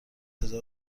هزار